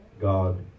God